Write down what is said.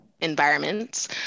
environments